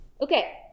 Okay